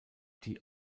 die